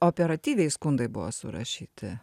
operatyviai skundai buvo surašyti